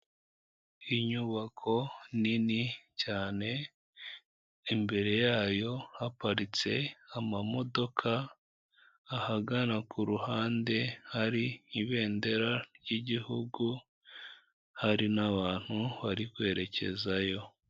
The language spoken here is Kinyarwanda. Inyubako nini cyane, imbere yayo haparitse amamodoka, ahagana ku ruhande hari ibendera ry'igihugu, hari n'abantu bari kwerekezayo.